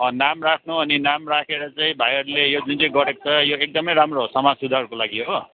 नाम राख्नु अनि नाम राखेर चाहिँ भाइहरूले यो जुन चाहिँ गरेको छ यो एकदमै राम्रो हो समाज सुधारको लागि हो